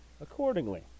accordingly